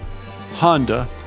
Honda